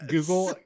Google